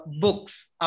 books